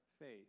faith